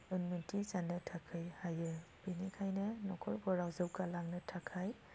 रोंमोन्थि जानो थाखाय हायो बेनिखायनो न'खरफोराव जौगालांनो थाखाय